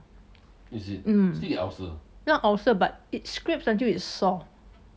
not ulcer but it scrapes until it's sore